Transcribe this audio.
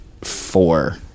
four